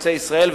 "חוצה ישראל",